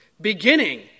beginning